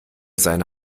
seine